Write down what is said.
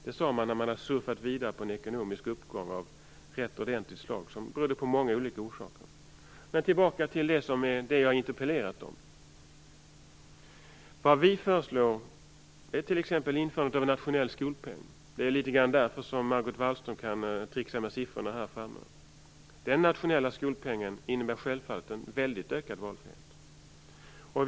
Det sade man när man hade surfat vidare på en ekonomisk uppgång som var av rätt ordentligt slag, som berodde på många olika saker. Jag går tillbaka till det jag har interpellerat om. Vad vi föreslår är t.ex. införandet av en nationell skolpeng. Det är bl.a. därför som Margot Wallström kan tricksa med siffrorna här. Den nationella skolpengen innebär självfallet mycket ökad valfrihet.